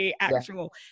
actual